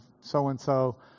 so-and-so